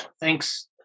Thanks